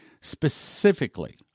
Specifically